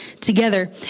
together